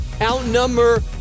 outnumber